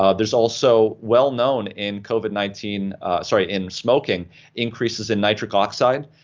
ah there's also well-known in covid nineteen ah sorry in smoking increases in nitric oxide.